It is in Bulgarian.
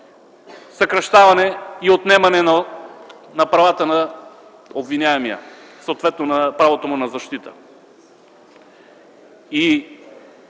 съкращаване и отнемане на правата на обвиняемия, съответно на правото му на защита.